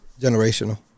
generational